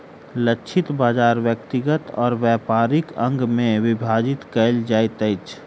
लक्षित बाजार व्यक्तिगत और व्यापारिक अंग में विभाजित कयल जाइत अछि